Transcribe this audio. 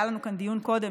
היה לנו כאן דיון קודם,